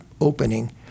opening